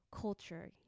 culture